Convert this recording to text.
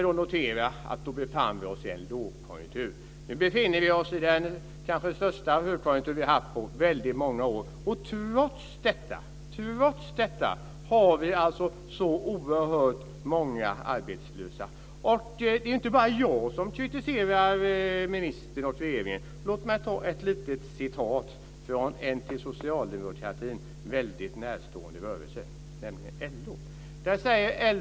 Då befann vi oss i en lågkonjunktur. Nu befinner vi oss i den kanske största högkonjunktur vi har haft på väldigt många år. Trots detta har vi alltså så oerhört många arbetslösa. Det är inte bara jag som kritiserar ministern och regeringen. Låt mig ta ett litet exempel från en till socialdemokratin närstående rörelse, nämligen LO.